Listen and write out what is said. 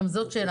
גם זו שאלה.